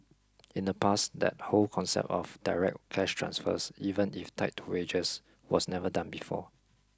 in the past that whole concept of direct cash transfers even if tied to wages was never done before